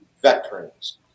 veterans